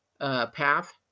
path